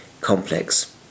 complex